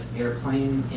airplane